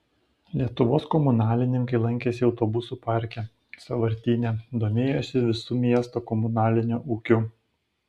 lietuvos komunalininkai lankėsi autobusų parke sąvartyne domėjosi visu miesto komunaliniu ūkiu